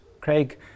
Craig